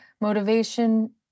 motivation